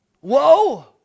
Whoa